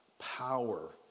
power